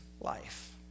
life